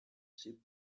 ship